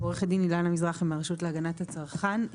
עורכת דין אילנה מזרחי מהרשות להגנת הצרכן.